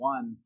One